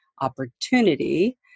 opportunity